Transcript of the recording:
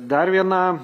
dar viena